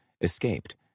escaped